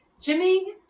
Jimmy